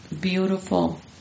beautiful